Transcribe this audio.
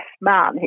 man